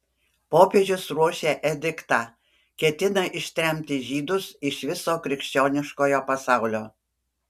popiežius ruošia ediktą ketina ištremti žydus iš viso krikščioniškojo pasaulio